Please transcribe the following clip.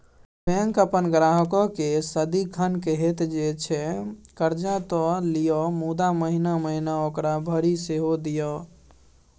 bank अपन ग्राहककेँ सदिखन कहैत छै जे कर्जा त लिअ मुदा महिना महिना ओकरा भरि सेहो दिअ